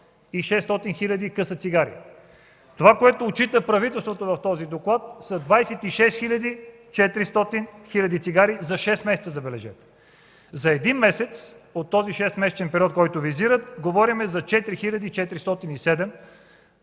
600 хил. къса цигари. Това, което отчита правителството в този доклад, са 26 млн. 400 хил. цигари за шест месеца, забележете! За един месец от този шестмесечен период, който е визиран, говорим за 4 млн. 407